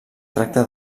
tracta